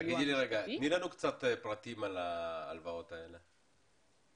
תני לנו קצת פרטים על ההלוואות האלה.